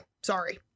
Sorry